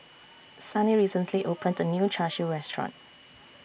Sunny recently opened A New Char Siu Restaurant